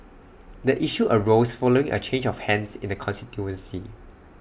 the issue arose following A change of hands in the constituency